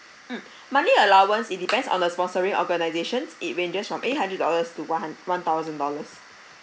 mm monthly allowance it depends on the sponsoring organisations it ranges from eight hundred dollars to one hun~ one thousand dollars